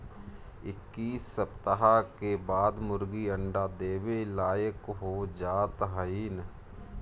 इक्कीस सप्ताह के बाद मुर्गी अंडा देवे लायक हो जात हइन